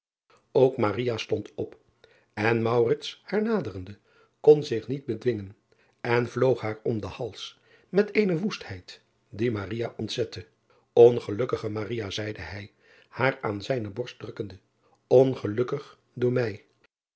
ok stond op en haar naderende kon zich niet bedwingen en vloog haar om den hals met eene woestheid die ontzette ngelukkige zeide hij haar aan zijne borst drukkende ongelukkig door mij